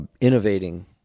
innovating